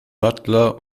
butler